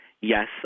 Yes